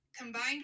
combined